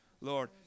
Lord